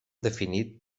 definit